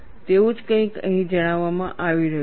તેવું જ કંઈક અહીં જણાવવામાં આવી રહ્યું છે